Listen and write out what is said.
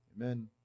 Amen